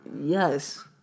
Yes